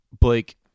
blake